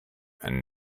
and